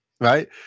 right